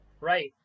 Right